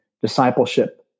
discipleship